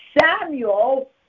Samuel